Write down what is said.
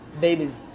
babies